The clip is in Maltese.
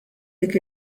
dik